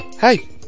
Hey